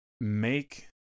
make